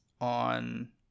on